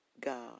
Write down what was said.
God